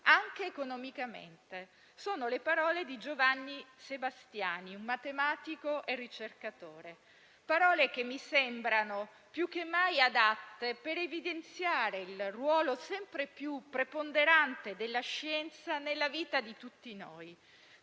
anche economicamente». Sono le parole di Giovanni Sebastiani, un matematico e ricercatore. Queste parole mi sembrano più che mai adatte per evidenziare il ruolo sempre più preponderante della scienza nella vita di tutti noi,